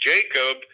Jacob